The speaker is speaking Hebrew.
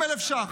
20,000 ש"ח,